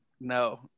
no